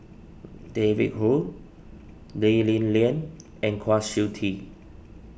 David Kwo Lee Li Lian and Kwa Siew Tee